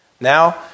Now